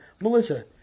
Melissa